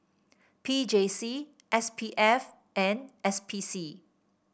P J C S P F and S P C